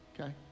okay